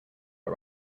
are